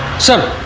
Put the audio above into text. sir,